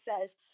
says